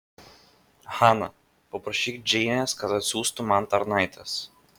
hana paprašyk džeinės kad atsiųstų man tarnaites